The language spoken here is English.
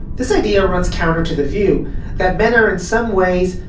this idea runs counter to the view that men are in some ways,